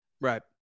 Right